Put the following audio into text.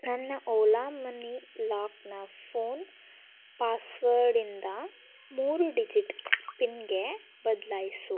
ನನ್ನ Ola money ಲಾಕ್ನ phone ಪಾಸ್ವರ್ಡಿಂದ ಮೂರು ಡಿಜಿಟ್ ಪಿನ್ಗೆ ಬದ್ಲಾಯಿಸು